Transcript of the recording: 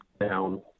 down